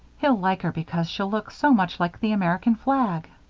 he'll like her because she'll look so much like the american flag.